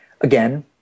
Again